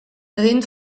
rint